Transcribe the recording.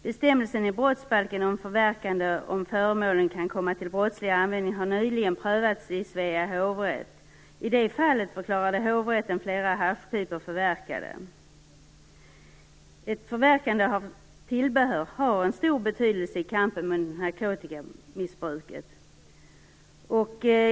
Bestämmelsen i brottsbalken om förverkande om föremålen kan komma till brottslig användning har nyligen prövats i Svea hovrätt. I det fallet förklarade hovrätten flera haschpipor förverkade. Ett förverkande av tillbehör har stor betydelse i kampen mot narkotikamissbruket.